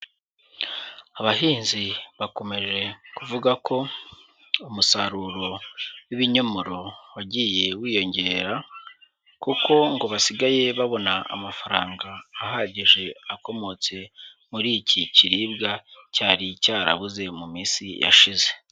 Abahinzi bakomeje kuvuga ko umusaruro w'ibinyomoro wagiye wiyongera, kuko ngo basigaye babona amafaranga ahagije akomotse muri iki kiribwa cyari cyarabuze mu minsi yashize.